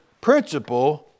principle